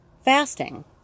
Fasting